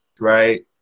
right